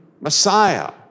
Messiah